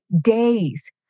days